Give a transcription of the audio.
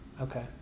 okay